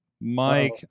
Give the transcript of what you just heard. Mike